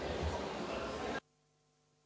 Hvala